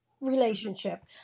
relationship